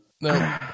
no